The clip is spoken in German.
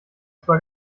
zwar